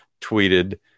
tweeted